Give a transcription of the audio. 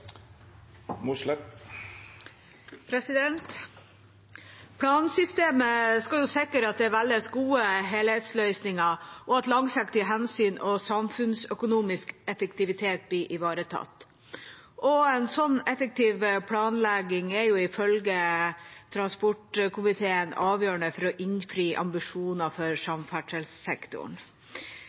Plansystemet skal sikre at det velges gode helhetsløsninger, og at langsiktige hensyn og samfunnsøkonomisk effektivitet blir ivaretatt. En slik effektiv planlegging er, ifølge transportkomiteen, avgjørende for å innfri ambisjoner for samferdselssektoren.